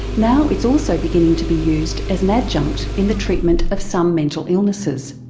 now it's also beginning to be used as an adjunct in the treatment of some mental illnesses.